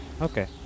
Okay